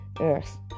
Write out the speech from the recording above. earth